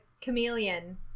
chameleon